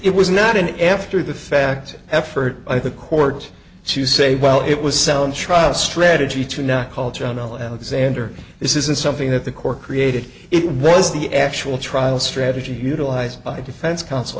it was not an after the fact effort by the court to say well it was sound trial strategy to not call john l alexander this isn't something that the core created it was the actual trial strategy utilized by defense counsel